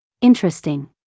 Interesting